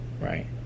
right